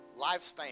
lifespan